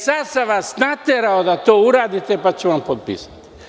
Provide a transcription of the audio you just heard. Sada sam vas naterao da to uradite, pa ću vam tek onda potpisati.